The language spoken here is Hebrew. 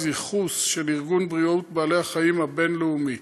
ייחוס של ארגון בריאות בעלי החיים הבין-לאומי,